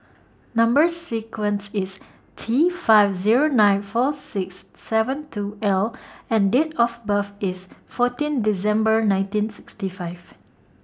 Number sequence IS T five Zero nine four six seven two L and Date of birth IS fourteen December nineteen sixty five